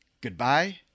Goodbye